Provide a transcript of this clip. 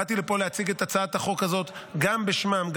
באתי לפה להציג את הצעת החוק הזאת גם בשמם,